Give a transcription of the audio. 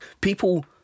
people